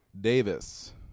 Davis